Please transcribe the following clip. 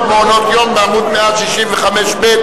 המסחר והתעסוקה (תמיכה במעונות-יום במגזר הערבי),